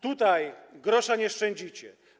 Tutaj grosza nie szczędzicie.